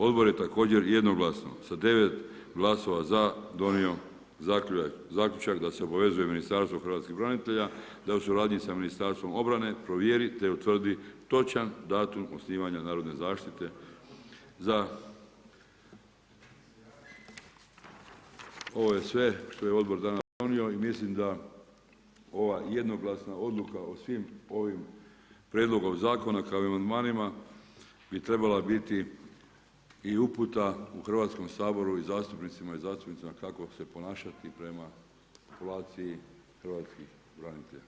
Odbor je također jednoglasno sa 9 glasova za donio zaključak da se obavezuje Ministarstvo hrvatskih branitelja da u suradnji sa Ministarstvom obrane provjeri te utvrdi točan datum osnivanja narodne zaštite, za, ovo je sve što je odbor danas donio i mislim da ova jednoglasna odluka o svim ovim prijedlogom zakona kao i amandmanima bi trebala biti uputa u Hrvatskom saboru i zastupnicama i zastupnicima kako se ponašati prema populaciji hrvatskih branitelja.